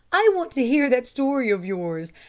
i want to hear that story of yours,